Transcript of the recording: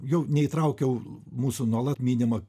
jau neįtraukiau mūsų nuolat minimą